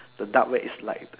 the dark web is like